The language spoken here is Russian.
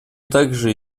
также